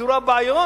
נפתרו הבעיות?